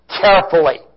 carefully